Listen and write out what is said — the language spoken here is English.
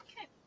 Okay